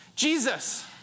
Jesus